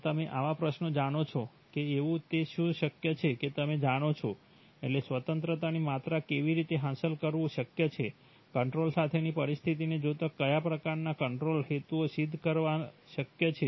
તો તમે આવા પ્રશ્નો જાણો છો કે એવું તે શું શક્ય છે કે તમે જાણો છો એટલે સ્વતંત્રતાની માત્રા કેવી રીતે હાંસલ કરવું શક્ય છે કંટ્રોલ સાથેની પરિસ્થિતિને જોતાં કયા પ્રકારનાં કંટ્રોલ હેતુઓ સિદ્ધ કરવાં શક્ય છે